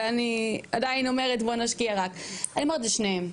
ואני עדיין אומרת בואו נשקיע רק אני אומרת זה שניהם,